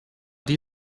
die